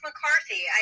McCarthy